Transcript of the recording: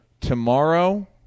tomorrow